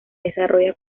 desarrolla